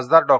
खासदार डॉ